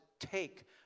take